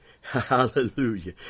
Hallelujah